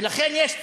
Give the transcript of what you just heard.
ולכן יש צורך,